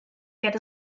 get